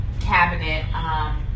cabinet